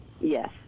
Yes